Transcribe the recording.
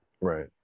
Right